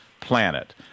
planet